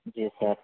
جی سر